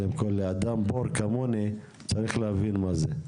אדם בור כמוני צריך להבין מה זה.